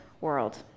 world